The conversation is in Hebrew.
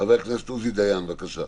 חבר הכנסת עוזי דיין, בבקשה.